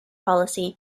policy